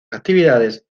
actividades